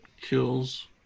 kills